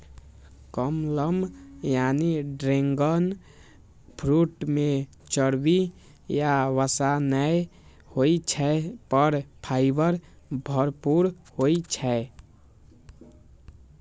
कमलम यानी dragon fruit मे चर्बी या वसा नै होइ छै, पर फाइबर भरपूर होइ छै